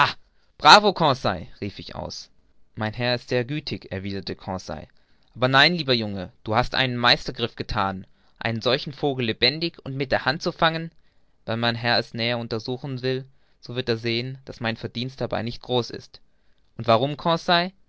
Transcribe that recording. bravo conseil rief ich aus mein herr ist sehr gütig erwiderte conseil aber nein lieber junge da hast du einen meistergriff gethan einen solchen vogel lebendig und mit der hand zu fangen wenn mein herr es näher untersuchen will wird er sehen daß mein verdienst dabei nicht groß ist und warum